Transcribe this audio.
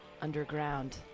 underground